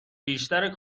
بیشتر